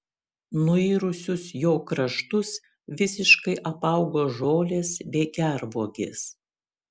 nuirusius jo kraštus visiškai apaugo žolės bei gervuogės